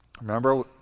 Remember